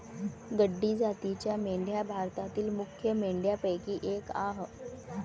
गड्डी जातीच्या मेंढ्या भारतातील मुख्य मेंढ्यांपैकी एक आह